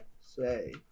say